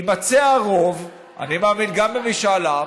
יימצא הרוב, אני מאמין שגם במשאל עם